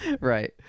Right